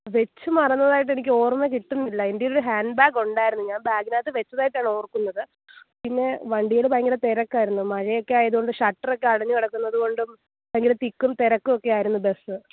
വെച്ച് മറന്നതായിട്ട് എനിക്ക് ഓർമ്മ കിട്ടുന്നില്ല എൻറെ കയ്യിലൊരു ഹാൻഡ് ബാഗ് ഉണ്ടായിരുന്നു ഞാൻ ബാഗിനകത്ത് വെച്ചതായിട്ടാണ് ഓർക്കുന്നത് പിന്നെ വണ്ടിയിൽ ഭയങ്കര തിരക്കായിരുന്നു മഴയൊക്കെ ആയതുകൊണ്ട് ഷട്ടർ ഒക്കെ അടഞ്ഞ് കിടക്കുന്നത് കൊണ്ടും ഭയങ്കര തിക്കും തിരക്കുമൊക്കെ ആയിരുന്നു ബസ്സ്